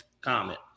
comment